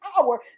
power